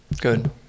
Good